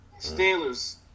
Steelers